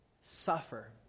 suffer